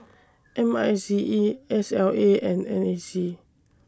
M I C E S L A and N A C